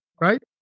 right